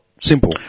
Simple